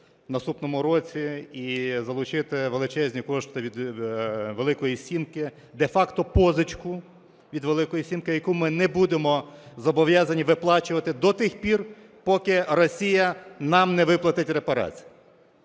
наступному році і залучити величезні кошти від "Великої сімки", де-факто позичку від "Великої сімки", яку ми не будемо зобов'язані виплачувати до тих пір, поки Росія нам не виплатить репарації.